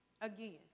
Again